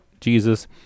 Jesus